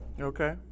Okay